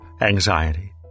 anxiety